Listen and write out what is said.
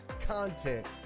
content